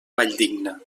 valldigna